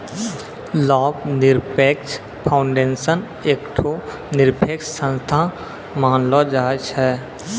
लाभ निरपेक्ष फाउंडेशन एकठो निरपेक्ष संस्था मानलो जाय छै